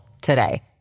today